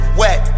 wet